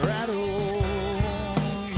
Rattle